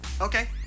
Okay